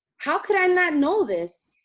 how could i not know this?